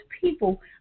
people